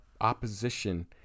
opposition